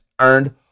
earned